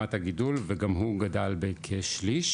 במגמת הגידול, וגם הוא גדל בכ-שליש.